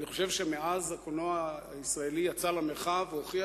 אני חושב שמאז הקולנוע הישראלי יצא למרחב והוכיח